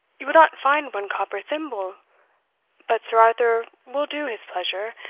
you will not find one copper thimble but sir arthur will do his pleasure.